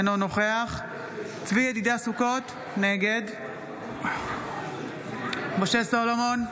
אינו נוכח צבי ידידיה סוכות, נגד משה סולומון,